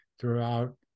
throughout